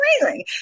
amazing